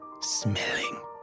smelling